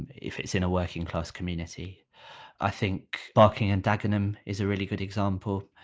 if it's in a working class community i think barking and dagenham is a really good example.